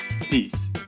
Peace